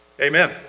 Amen